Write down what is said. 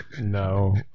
No